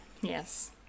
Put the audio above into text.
Yes